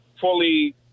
fully